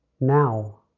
Now